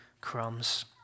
crumbs